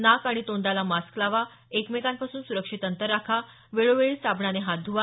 नाक आणि तोंडाला मास्क लावा एकमेकांपासून सुरक्षित अंतर राखा वेळोवेळी साबणाने हात धुवा